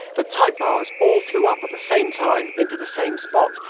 the type bars all flew up at the same time into the same spot,